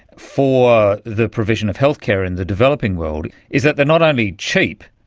for the provision of healthcare in the developing world is that they're not only cheap,